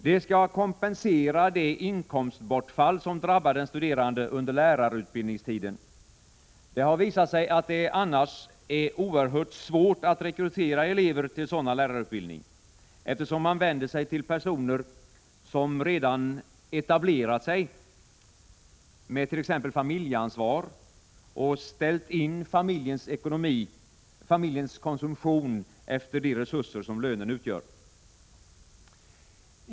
Det skall kompensera det inkomstbortfall som drabbar den studerande under lärarutbildningstiden. Det har visat sig att det annars är oerhört svårt att rekrytera elever till sådan lärarutbildning, eftersom man vänder sig till personer som redan ”etablerat” sig med t.ex. familjeansvar och ”ställt in” familjens konsumtion efter de resurser som lönen utgör.